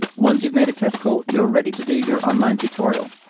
once you've made a test call, you're ready to do your online tutorial.